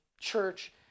church